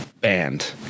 Banned